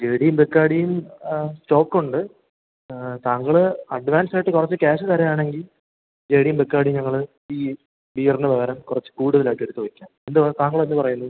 ജേ ഡീം ബെക്കാഡീം സ്റ്റോക്കൊണ്ട് താങ്കൾ അഡ്വാൻസായിട്ട് കുറച്ച് ക്യാഷ് തരയാണെങ്കിൽ ജേ ഡീം ബെക്കാഡീം ഞങ്ങൾ ഈ ബിയറിന് പകരം കുറച്ച് കൂടുതലായിട്ട് എടുത്ത് വെക്ക എന്ത് താങ്കളെന്ത് പറയുന്നു